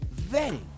vetting